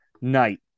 night